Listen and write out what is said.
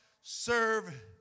serve